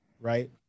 right